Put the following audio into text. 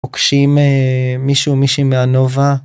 פוגשים מישהו מישהי מהנובה